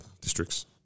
districts